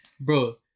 bro